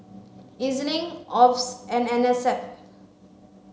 E Z Link OBS and N S F